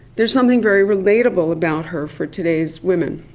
there is something very relatable about her for today's women.